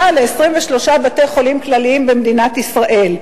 ל-23 בתי-חולים כלליים במדינת ישראל?